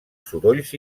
sorolls